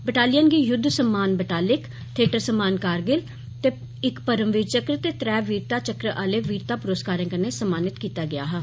battalion गी युद्ध सम्मान बटालिक थेटर सम्मान कारगिल ते इक परमवीर चक्र ते गै वीरता चक्र आले वीरता पुरस्कारें कन्नै सम्मानत कीता गेआ हा